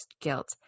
guilt